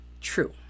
true